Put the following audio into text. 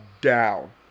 down